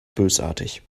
bösartig